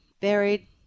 buried